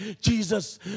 Jesus